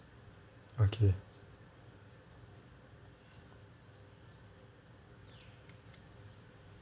okay